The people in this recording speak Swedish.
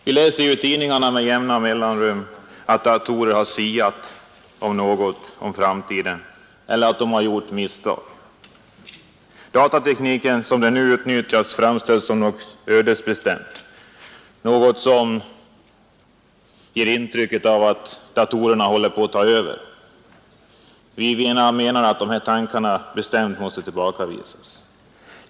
Vi läser i tidningarna med jämna mellanrum om att datorer har siat om framtiden eller att de har gjort misstag. Datatekniken, som den nu utnyttjas, framställs som något ödesbestämt, och man ger uttryck för att datorerna håller på att ta över. Vi menar att dessa tankar bestämt måste tillbakavisas.